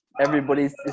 everybody's